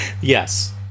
Yes